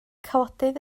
cawodydd